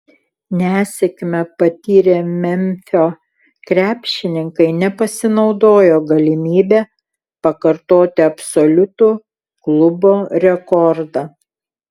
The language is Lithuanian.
nesėkmę patyrę memfio krepšininkai nepasinaudojo galimybe pakartoti absoliutų klubo rekordą